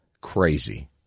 crazy